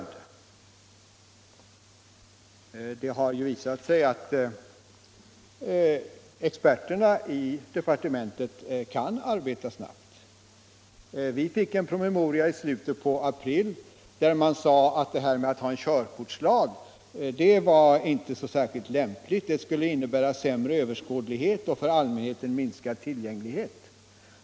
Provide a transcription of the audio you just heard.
Det har ju visat sig att experterna i departementet kan arbeta snabbt. Vi fick en promemoria i slutet av april, där det framhölls att det här att ha en körkortslag inte är så särskilt lämpligt. Det skulle innebära sämre överskådlighet och för allmänheten minskad tillgänglighet.